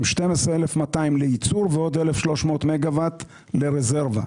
עם 12,200 לייצור ועוד 1,300 מגה-ואט לרזרבה.